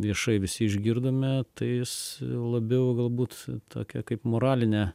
viešai visi išgirdome tai is labiau galbūt tokią kaip moralinę